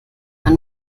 man